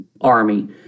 army